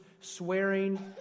swearing